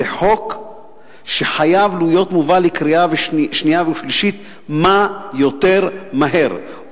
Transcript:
זה חוק שחייב להיות מובא לקריאה שנייה ושלישית מה שיותר מהר,